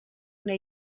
una